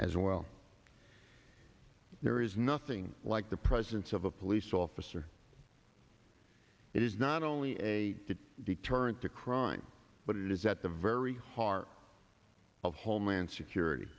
as well there is nothing like the presence of a police officer it is not only a deterrent to crime but it is at the very heart of homeland security